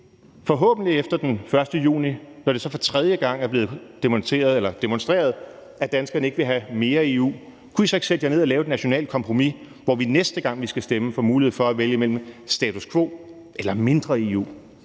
forhåbentlig efter den 1. juni for tredje gang er blevet demonstreret, at danskerne ikke vil have mere EU, så sætte jer ned og lave et nationalt kompromis, hvor vi, næste gang vi skal stemme, får mulighed for at vælge mellem status quo eller mindre EU?